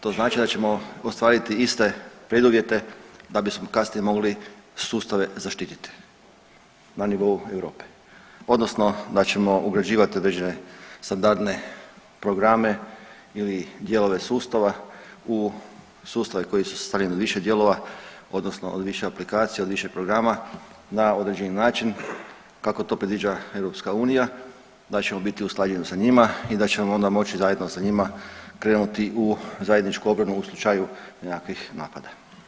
To znači da ćemo ostvariti iste preduvjete da bismo kasnije mogli sustave zaštititi na nivou Europe, odnosno da ćemo ugrađivati određene standardne programe ili dijelove sustava u sustave koji su sastavljeni u više dijelova, odnosno od više aplikacija, od više programa na određeni način kako to predviđa EU da ćemo biti usklađeni sa njima i da ćemo onda moći zajedno sa njima krenuti u zajedničku obranu u slučaju nekakvih napada.